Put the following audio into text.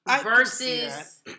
versus